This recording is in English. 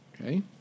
Okay